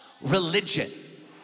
religion